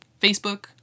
Facebook